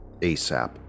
ASAP